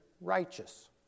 righteous